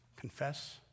Confess